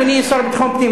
אדוני השר לביטחון פנים,